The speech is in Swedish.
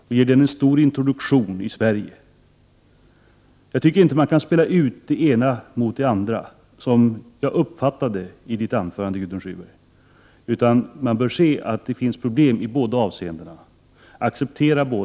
Jag tycker inte att man kan spela ut naturgas mot kärnbränsle, som jag uppfattade att Gudrun Schyman gjorde i sitt anförande. Man bör se att det finns problem med båda och acceptera att det förhåller sig så.